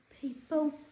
people